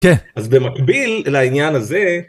כן. אז במקביל לעניין הזה...